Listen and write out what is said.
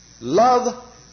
Love